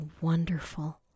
wonderful